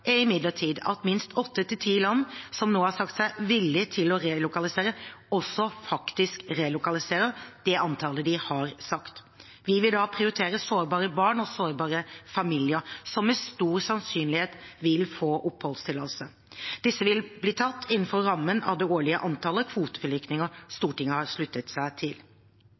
imidlertid at minst åtte–ti land som nå har sagt seg villig til å relokalisere, også faktisk relokaliserer det antallet de har sagt. Vi vil da prioritere sårbare barn og sårbare familier som med stor sannsynlighet vil få oppholdstillatelse. Disse vil bli tatt innenfor rammen av det årlige antallet kvoteflyktninger Stortinget har sluttet seg til.